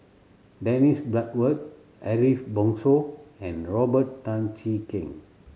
Dennis Bloodworth Ariff Bongso and Robert Tan Jee Keng